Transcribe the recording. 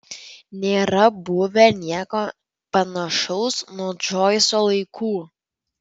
nėra buvę nieko panašaus nuo džoiso laikų